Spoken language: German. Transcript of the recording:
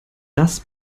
das